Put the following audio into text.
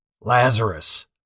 Lazarus